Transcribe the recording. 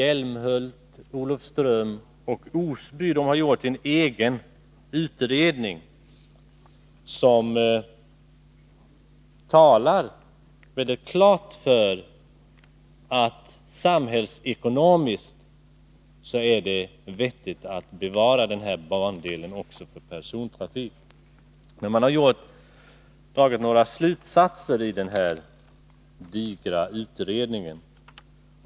Älmhults, Olofströms och Osby kommuner har gjort en egen utredning, som mycket tydligt visar att det är samhällsekonomiskt vettigt att behålla den här bandelen också för persontrafik. Man har dragit några slutsatser i den digra utredningen.